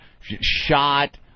shot